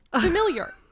familiar